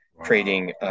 creating